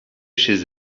chez